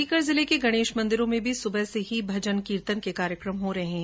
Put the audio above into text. सीकर जिले के गणेश मंदिरों में सुबह से ही भजन कीर्तन के कार्यकम हो रहे हैं